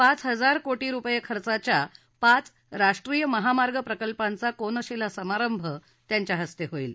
पाच हजार कोटी रुपये खर्चाच्या पाच राष्ट्रीय महामार्ग प्रकल्पांचा कोनशिला समारंभ त्यांच्या हस्ते होईल